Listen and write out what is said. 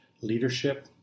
leadership